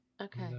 Okay